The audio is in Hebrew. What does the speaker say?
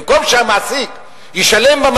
במקום שהמעסיק ישלם יותר,